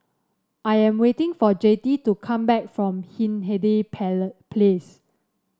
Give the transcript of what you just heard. I am waiting for Jettie to come back from Hindhede Place